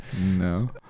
No